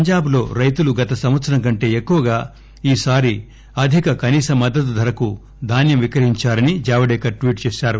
పంజాబ్ లో రైతులు గత సంవత్సరం కంటే ఎక్కువగా ఈ సారి అధిక కనీస మద్దతు ధరకు ధాన్వం విక్రయించారని జావడేకర్ ట్వీట్ చేశారు